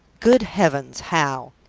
good heavens! how?